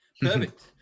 Perfect